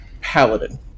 paladin